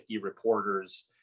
reporters